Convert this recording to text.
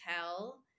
tell